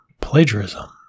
plagiarism